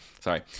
Sorry